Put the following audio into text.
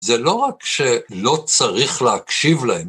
זה לא רק שלא צריך להקשיב להם.